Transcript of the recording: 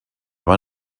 van